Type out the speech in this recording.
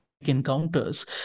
encounters